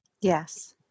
Yes